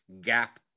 gap